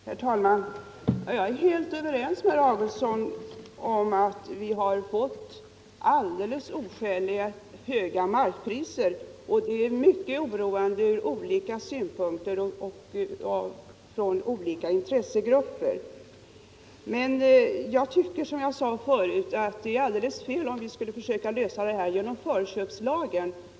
Herr talman! Jag är helt överens med herr Augustsson om att vi har fått oskäligt höga markpriser. Detta är ur olika synpunkter mycket oroande för många intressegrupper. Men jag anser, som jag sade förut, att det är alldeles felaktigt att försöka lösa problemet genom förköpslagen.